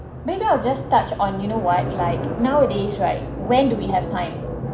maybe I will just touch on you know what like nowadays right when do we have time